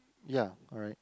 ya alright